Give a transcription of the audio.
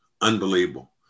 Unbelievable